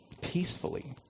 peacefully